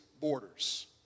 borders